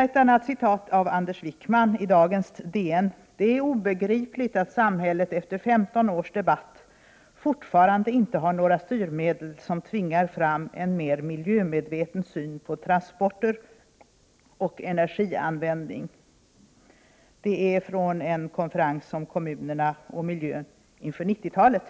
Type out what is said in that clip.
Ett annat citat — från dagens DN: ”Anders Wijkman finner det obegripligt att samhället efter femton års debatt fortfarande inte har några styrmedel som tvingar fram en mer miljömedveten syn på transporter och energianvändning.” Detta sades på en konferens om kommunerna och miljön inför 90-talet.